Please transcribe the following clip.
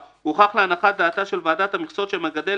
הוכח להנחת דעתה של ועדת המכסות שהמגדל